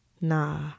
nah